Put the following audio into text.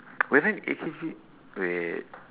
but then A_K_G wait